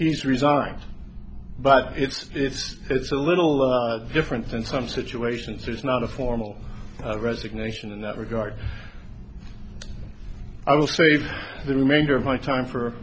he's resigned but it's it's it's a little different in some situations there's not a formal resignation in that regard i will save the remainder of my time for